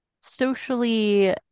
socially